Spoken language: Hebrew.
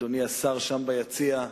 אדוני השר שם ביציע,